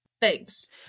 Thanks